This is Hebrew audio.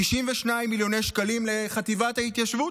92 מיליון שקלים לחטיבת ההתיישבות.